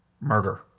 Murder